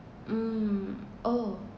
um oh